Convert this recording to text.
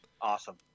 Awesome